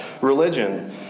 religion